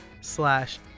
slash